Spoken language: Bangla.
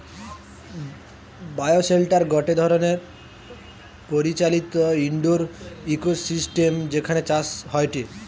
বায়োশেল্টার গটে ধরণের পরিচালিত ইন্ডোর ইকোসিস্টেম যেখানে চাষ হয়টে